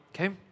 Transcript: Okay